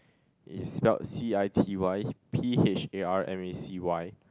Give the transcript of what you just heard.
is spelt C_I_T_Y P_H_A_R_M_A_C_Y